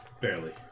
Barely